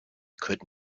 could